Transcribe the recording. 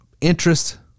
interest